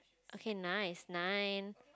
okay nice nine